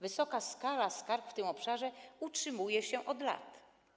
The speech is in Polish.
Duża skala skarg w tym obszarze utrzymuje się od lat.